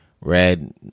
red